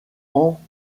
ans